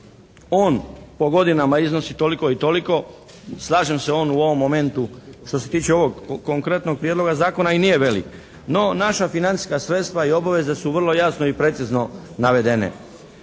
On po godinama iznosi toliko i toliko. Slažem se on u ovom momentu što se tiče ovog konkretnog prijedloga zakona i nije velik. No naša financijska sredstva i obaveze su vrlo jasno i precizno navedene.